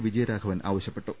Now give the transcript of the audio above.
വിജയ രാഘവൻ ആവശ്യപ്പെട്ടു